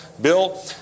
Bill